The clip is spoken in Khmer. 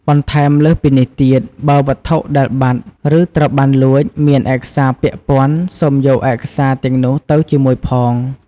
បន្ថែមលើសពីនេះទៀត បើវត្ថុដែលបាត់ ឬត្រូវបានលួច មានឯកសារពាក់ព័ន្ធ សូមយកឯកសារទាំងនោះទៅជាមួយផង។